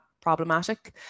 problematic